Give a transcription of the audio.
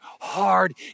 hard